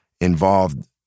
involved